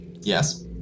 Yes